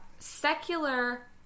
Secular